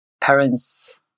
parents